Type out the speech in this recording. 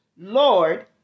Lord